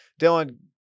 Dylan